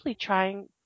trying